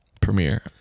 Premiere